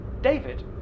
David